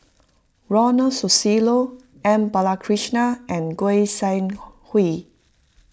Ronald Susilo M Balakrishnan and Goi Seng Hui